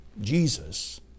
Jesus